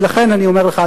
ולכן אני אומר לך,